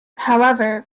however